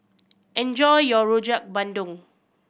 enjoy your Rojak Bandung